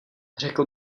řekl